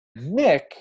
Nick